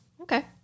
Okay